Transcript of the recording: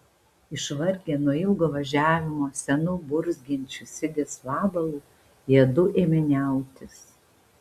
išvargę nuo ilgo važiavimo senu burzgiančiu sidės vabalu jiedu ėmė niautis